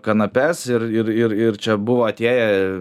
kanapes ir ir ir ir čia buvo atėję